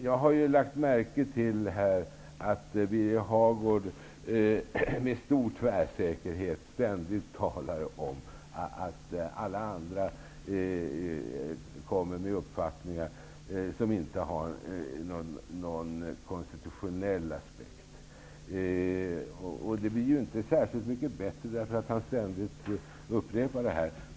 Jag har lagt märke till att Birger Hagård med stor tvärsäkerhet ständigt talar om att alla andra för fram uppfattningar som inte har någon konstitutionell aspekt. Det blir inte särskilt mycket bättre av att han ständigt upprepar det.